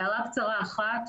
הערה קצרה ראשונה.